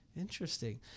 Interesting